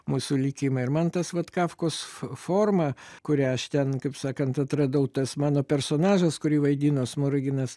mūsų likimą ir man tas vat kafkos f forma kurią aš ten kaip sakant atradau tas mano personažas kurį vaidino smoriginas